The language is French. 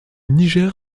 niger